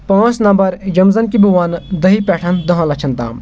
پٲنٛژ نَمبَر یِم زَن کہِ بہٕ وَنہٕ دَہیہِ پؠٹھ دَہَن لَچھَن تام